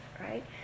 Right